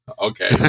Okay